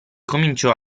cominciò